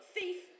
Thief